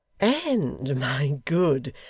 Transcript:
and my good,